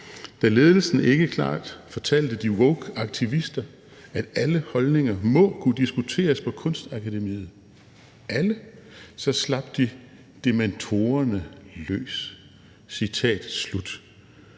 Da ledelsen ikke klart fortalte de woke aktivister, at alle holdninger må kunne diskuteres på Kunstakademiket – alle – så slap de dementorerne løs.«